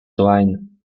wine